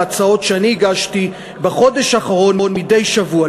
להצעות שאני הגשתי בחודש האחרון מדי שבוע.